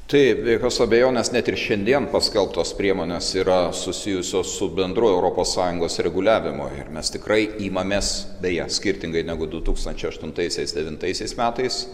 taip be jokios abejonės net ir šiandien paskelbtos priemonės yra susijusios su bendru europos sąjungos reguliavimu ir mes tikrai imamės beje skirtingai negu du tūkstančiai aštuntaisiais devintaisiais metais